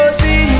see